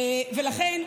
לכן,